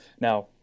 Now